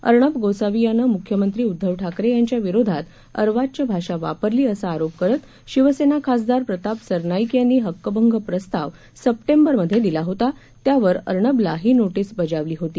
अर्णब गोस्वामी यानं मुख्यमंत्री उद्घव ठाकरे यांच्या विरोधात अर्वाच्य भाषा वापरली असा आरोप करत शिवसेना खासदार प्रताप सरनाईक यांनी हक्कभंग प्रस्ताव सर्प बेरमधे दिला होता त्यावर अर्नबला ही नोशिस बजावली होती